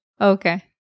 Okay